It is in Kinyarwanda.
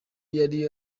yari